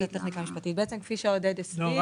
כפי שעודד אמר,